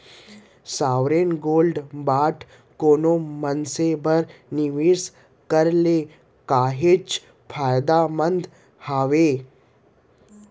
sovereign gold bond कोनो मनसे बर निवेस करे ले काहेच फायदामंद हावय